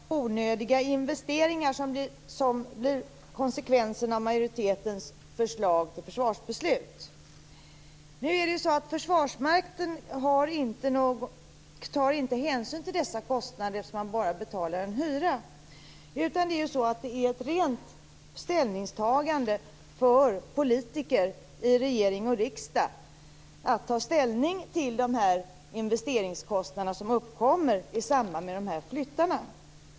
Fru talman! Flera talare har konstaterat att det är väldigt många onödiga investeringar som blir konsekvensen av majoritetens förslag till försvarsbeslut. Försvarsmakten tar inte hänsyn till dessa kostnader, eftersom man bara betalar hyra. Det är en uppgift för politiker i regering och riksdag att ta ställning till de investeringskostnader som uppkommer i samband med dessa flyttningar.